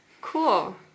Cool